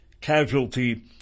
casualty